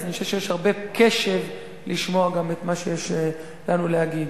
אני חושב שיש הרבה קשב לשמוע את מה שיש לנו להגיד.